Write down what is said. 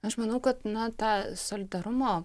aš manau kad na ta solidarumo